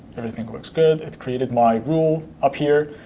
everything looks good. it's created my rule up here.